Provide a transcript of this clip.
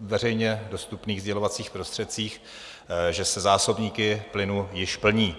veřejně dostupných sdělovacích prostředcích, že se zásobníky plynu již plní.